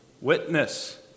witness